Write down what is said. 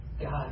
God